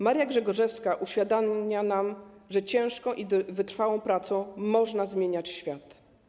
Maria Grzegorzewska uświadamia nam, że ciężką i wytrwałą pracą można zmieniać świat.